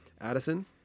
Addison